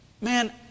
man